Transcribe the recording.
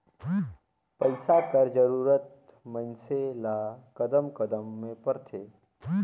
पइसा कर जरूरत मइनसे ल कदम कदम में परथे